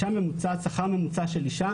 שכר ממוצע של אישה